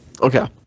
Okay